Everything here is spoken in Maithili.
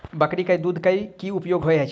बकरी केँ दुध केँ की उपयोग होइ छै?